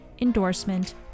endorsement